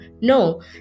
No